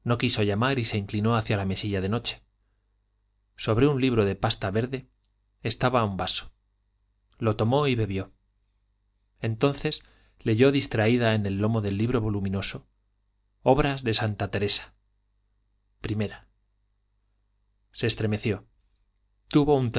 no quiso llamar y se inclinó hacia la mesilla de noche sobre un libro de pasta verde estaba un vaso lo tomó y bebió entonces leyó distraída en el lomo del libro voluminoso obras de santa teresa i se estremeció tuvo un